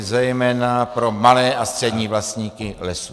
zejména pro malé a střední vlastníky lesů.